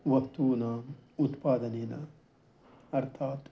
वस्तूनाम् उत्पादनेन अर्थात्